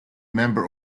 member